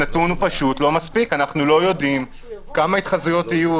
אנחנו לא יודעים כמה התחזויות יהיו.